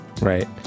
Right